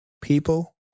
People